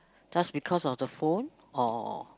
just because of the phone or